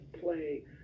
play